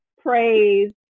praise